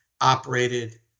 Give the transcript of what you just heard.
operated